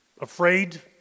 afraid